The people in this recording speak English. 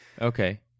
okay